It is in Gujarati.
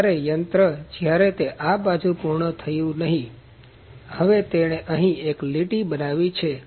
તેથી જ્યારે યંત્ર જ્યારે તે આ બાજુ પૂર્ણ થયું નથી હવે તેણે અહીં એક લીટી બનાવી છે